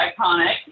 iconic